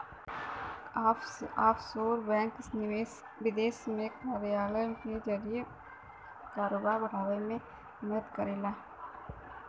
offshore bank विदेश में कार्यालय के जरिए कारोबार बढ़ावे में मदद करला